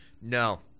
No